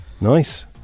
Nice